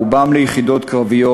רובם ליחידות קרביות.